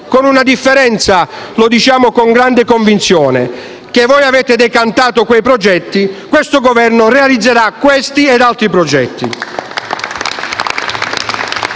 è una differenza e lo diciamo con grande convinzione: voi avete decantato quei progetti; questo Governo realizzerà questi e altri progetti.